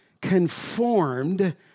Conformed